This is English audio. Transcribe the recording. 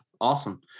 awesome